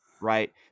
Right